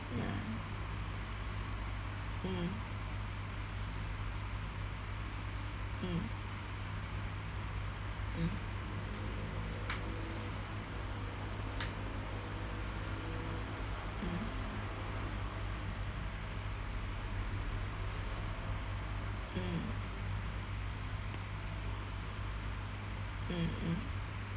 ya mm mm mm mm mm mm mm